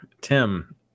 Tim